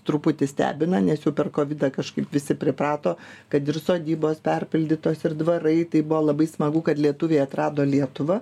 truputį stebina nes jau per kovidą kažkaip visi priprato kad ir sodybos perpildytos ir dvarai tai buvo labai smagu kad lietuviai atrado lietuvą